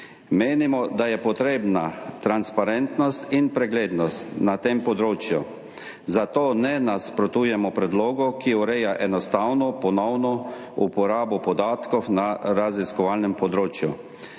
Menimo, da je potrebna transparentnost in preglednost na tem področju, zato ne nasprotujemo predlogu, ki ureja enostavno ponovno uporabo podatkov na raziskovalnem področju,